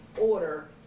order